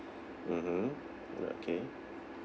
mmhmm okay